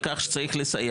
על כך שצריך לסיים.